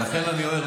לכן אני אומר,